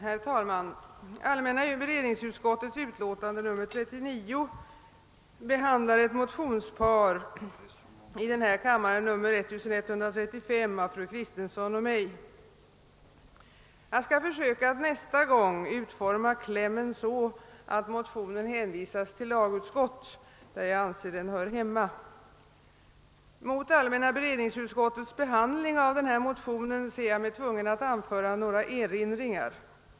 Herr talman! I allmänna beredningsutskottets utlåtande nr 39 behandlas ett par likalydande motioner, den ena, II: 1135, väckt av fru Kristensson och mig själv. Jag skall försöka att nästa gång utforma klämmen så att motionen hänvisas till lagutskott, där jag anser att den hör hemma. Mot allmänna beredningsutskottets behandling av motionen ser jag mig tvungen att göra nåra erinringar.